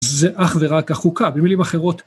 זה אך ורק החוקה, במילים אחרות